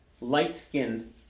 light-skinned